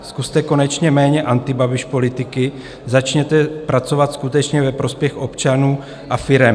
Zkuste konečně méně Antibabišpolitiky, začněte pracovat skutečně ve prospěch občanů a firem.